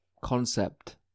concept